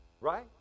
right